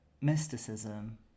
mysticism